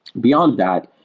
beyond that,